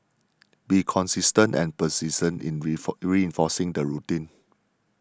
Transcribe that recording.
be consistent and persistent in reinforcing the routine